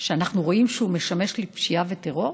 שאנחנו רואים שהוא משמש לפשיעה וטרור?